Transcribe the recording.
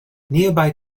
nearby